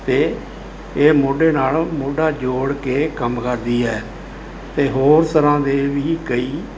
ਅਤੇ ਇਹ ਮੋਢੇ ਨਾਲ ਮੋਢਾ ਜੋੜ ਕੇ ਕੰਮ ਕਰਦੀ ਹੈ ਅਤੇ ਹੋਰ ਤਰ੍ਹਾਂ ਦੇ ਵੀ ਕਈ